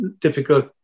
Difficult